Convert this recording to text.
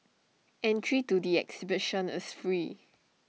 entry to the exhibition is free